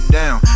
down